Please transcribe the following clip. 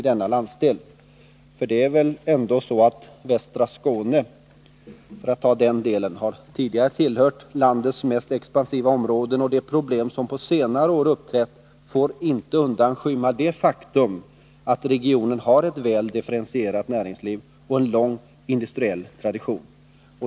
Västra Skåne, för att ta denna del som exempel, har tidigare tillhört landets mest expansiva områden, och de problem som på senare år har uppträtt får inte undanskymma det faktum att regionen har ett väl differentierat näringsliv och en lång industriell tradition.